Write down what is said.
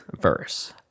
verse